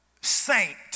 saint